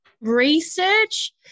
Research